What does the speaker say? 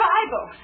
Bible